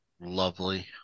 lovely